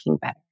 better